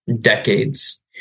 decades